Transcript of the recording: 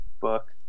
book